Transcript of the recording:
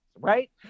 Right